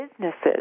businesses